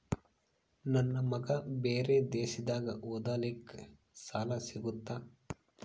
ನನ್ನ ಮಗ ಬೇರೆ ದೇಶದಾಗ ಓದಲಿಕ್ಕೆ ಸಾಲ ಸಿಗುತ್ತಾ?